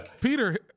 Peter